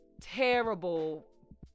terrible